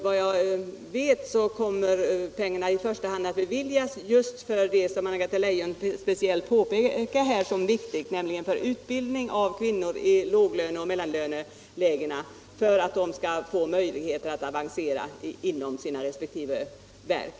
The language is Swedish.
Vad jag vet kommer pengarna i första hand att beviljas just för det som Anna-Greta Leijon speciellt pekade på som viktigt, nämligen för utbildning av kvinnor i lågoch mellanlönelägena för att de skall få möjligheter att avancera inom sina resp. verk.